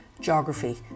geography